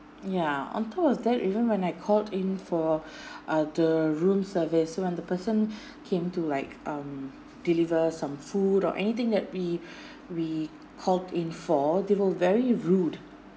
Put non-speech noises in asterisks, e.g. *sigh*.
yeah on top of that even when I called in for *breath* uh the room service so when the person *breath* came to like um deliver some food or anything that we *breath* we called in for they were very rude